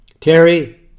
Terry